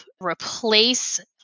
replace